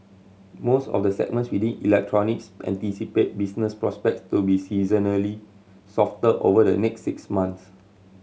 most of the segments within electronics anticipate business prospects to be seasonally softer over the next six months